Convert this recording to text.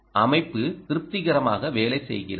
அமைப்பு திருப்திகரமாக வேலை செய்கிறது